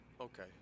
Okay